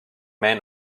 men